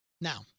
Now